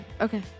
Okay